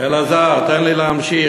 אלעזר, תן לי להמשיך.